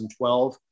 2012